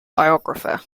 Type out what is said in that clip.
biographer